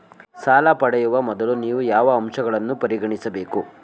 ಸಾಲ ಪಡೆಯುವ ಮೊದಲು ನೀವು ಯಾವ ಅಂಶಗಳನ್ನು ಪರಿಗಣಿಸಬೇಕು?